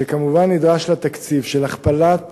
שכמובן נדרש לה תקציב, של הכפלת